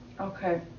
Okay